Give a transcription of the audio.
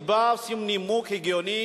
הביטוח הלאומי